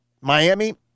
Miami